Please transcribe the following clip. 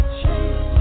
change